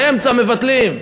באמצע מבטלים.